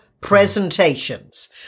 presentations